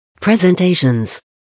Presentations